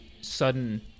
sudden